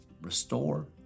restore